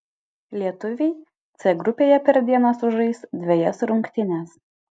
lietuviai c grupėje per dieną sužais dvejas rungtynes